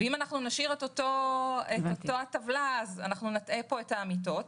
אם נשאיר אותה טבלה אז אנחנו נטעה את העמיתות.